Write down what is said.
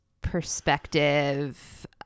perspective